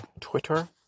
Twitter